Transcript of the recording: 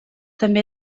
també